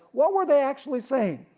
what were they actually saying?